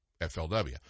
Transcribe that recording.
FLW